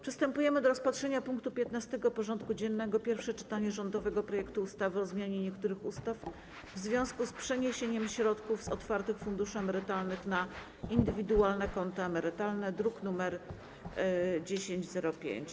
Przystępujemy do rozpatrzenia punktu 15. porządku dziennego: Pierwsze czytanie rządowego projektu ustawy o zmianie niektórych ustaw w związku z przeniesieniem środków z otwartych funduszy emerytalnych na indywidualne konta emerytalne (druk nr 1005)